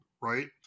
right